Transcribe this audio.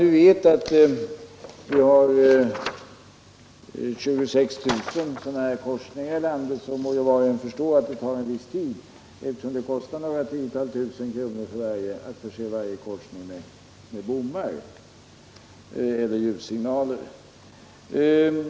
Med hänsyn till att vi har 26 000 sådana korsningar i vårt land må emellertid var och en förstå att det tar en viss tid, eftersom det kostar några tiotusental kronor för varje korsning som förses med bommar eller ljussignaler.